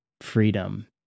freedom